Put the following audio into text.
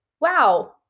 wow